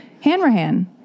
Hanrahan